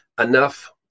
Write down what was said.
enough